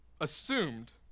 assumed